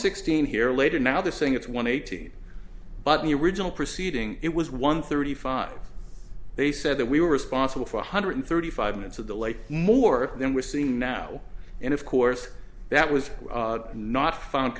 sixteen here later now they're saying it's one eighty but the original proceeding it was one thirty five they said that we were sponsible for one hundred thirty five minutes of the late more than we're seeing now and of course that was not found